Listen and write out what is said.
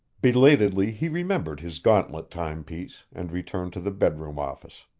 belatedly, he remembered his gauntlet timepiece, and returned to the bedroom-office.